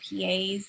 PAs